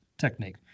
technique